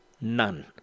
None